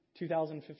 2015